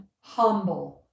humble